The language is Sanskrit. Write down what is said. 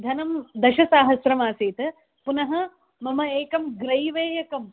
धनं दशसहस्रम् आसीत् पुनः मम एकं ग्रैवेयकम्